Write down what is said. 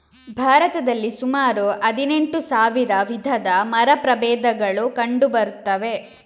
ಭಾರತದಲ್ಲಿ ಸುಮಾರು ಹದಿನೆಂಟು ಸಾವಿರ ವಿಧದ ಮರ ಪ್ರಭೇದಗಳು ಕಂಡು ಬರ್ತವೆ